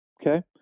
Okay